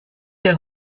der